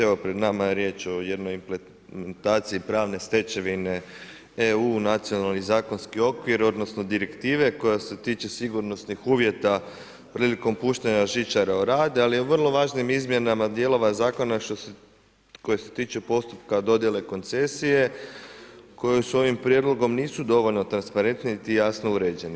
Evo, pred nama je riječ o jednoj implementaciji pravne stečevine EU, nacionalne i zakonski okvir, odnosno, direktive, koja se tiče sigurnosnih uvjeta, prilikom puštanja žičara o rad, ali i o vrlo važnim izmjenama dijelova zakona, koje se tiču postupka dodjele koncesije, koje s ovim prijedlogom nisu dovoljno transparentni niti jasno uređeni.